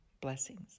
Blessings